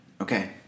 Okay